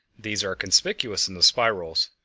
these are conspicuous in the spirals.